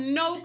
no